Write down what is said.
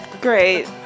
Great